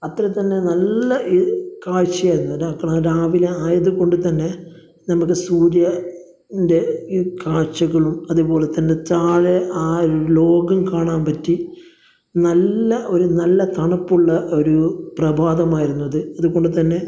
അത്ര തന്നെ നല്ല കാഴ്ചയായിരുന്നു രാവിലെ ആയത്കൊണ്ട് തന്നെ നമ്മുടെ സൂര്യൻ്റെ ഈ കാഴ്ചകളും അതേപോലെ തന്നെ താഴെ ആ ലോകം കാണാൻ പറ്റി നല്ല ഒരു നല്ല തണുപ്പുള്ള ഒരു പ്രഭാതമായിരുന്നു അത് അതുപോലെ തന്നെ